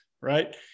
Right